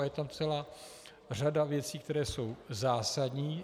Je tam celá řada věcí, které jsou zásadní.